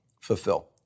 fulfill